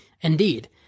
Indeed